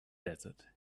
desert